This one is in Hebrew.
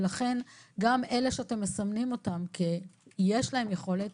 ולכן גם אלה שאתם מסמנים כמי שיש להם יכולת,